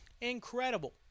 incredible